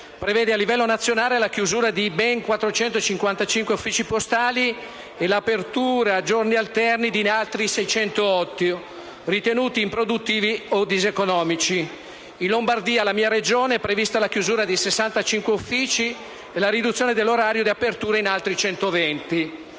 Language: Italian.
prevede a livello nazionale la chiusura di ben 455 uffici postali e l'apertura a giorni alterni di altri 608, ritenuti improduttivi o diseconomici. Nella mia Regione, la Lombardia, è prevista la chiusura di 65 uffici e la riduzione dell'orario di apertura in altri 120.